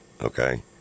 okay